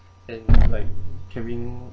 and like can we